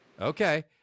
Okay